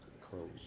Close